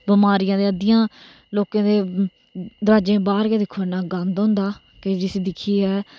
बिमारियां ते अद्धियां लोके दे दरबाजे बाहर गै दिक्खो इन्ना गंद होंदा जिसी दिक्खियै